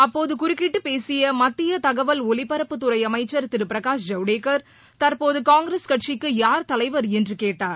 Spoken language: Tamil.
அப்போது குறுக்கிட்டு பேசிய மத்திய தகவல் ஒலிபரப்புத்துறை அமைச்சர் திரு பிரகாஷ் ஜவ்டேக்கர் தற்போது காங்கிரஸ் கட்சிக்கு யார் தலைவர் என்று கேட்டார்